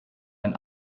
ein